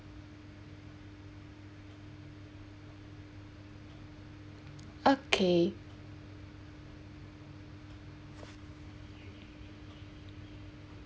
okay